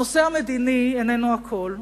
הנושא המדיני איננו הכול,